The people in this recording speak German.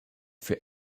für